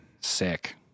Sick